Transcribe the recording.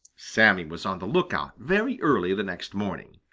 sammy was on the lookout very early the next morning.